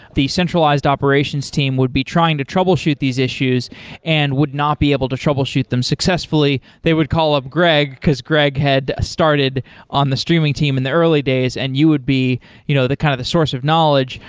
the centralized operations team would be trying to troubleshoot these issues and would not be able to troubleshoot them successfully. they would call up greg, because greg had started on the streaming team in the early days, and you would be you know kind of the source of knowledge.